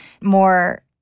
more